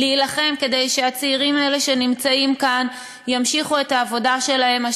להילחם כדי שהצעירים האלה שנמצאים כאן ימשיכו את העבודה שלהם.